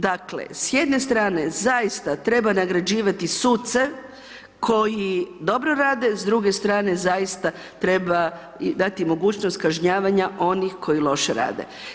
Dakle, s jedne strane zaista treba nagrađivati suce koji dobro rade, s druge strane zaista treba dati mogućnost kažnjavanja onih koji loše rade.